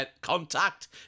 contact